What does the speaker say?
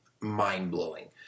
mind-blowing